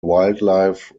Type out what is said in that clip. wildlife